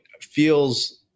feels